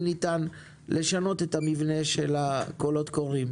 ניתן לשנות את המבנה של הקולות קוראים.